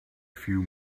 few